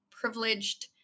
privileged